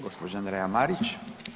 Gospođa Andreja Marić.